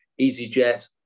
EasyJet